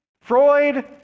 Freud